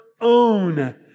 own